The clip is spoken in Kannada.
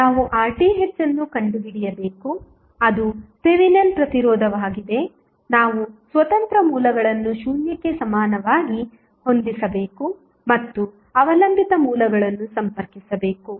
ನಾವು RTh ಅನ್ನು ಕಂಡುಹಿಡಿಯಬೇಕು ಅದು ಥೆವೆನಿನ್ ಪ್ರತಿರೋಧವಾಗಿದೆ ನಾವು ಸ್ವತಂತ್ರ ಮೂಲಗಳನ್ನು ಶೂನ್ಯಕ್ಕೆ ಸಮನಾಗಿ ಹೊಂದಿಸಬೇಕು ಮತ್ತು ಅವಲಂಬಿತ ಮೂಲಗಳನ್ನು ಸಂಪರ್ಕಿಸಬೇಕು